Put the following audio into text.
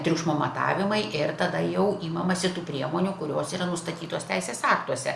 triukšmo matavimai ir tada jau imamasi tų priemonių kurios yra nustatytos teisės aktuose